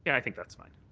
yeah i think that's fine.